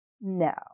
No